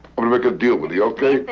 i'm gonna make a deal with you, okay,